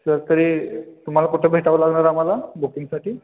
sir तरी तुम्हाला कुठं भेटावं लागणार आम्हाला बुकिंगसाठी